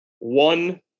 one